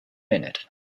minute